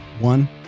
One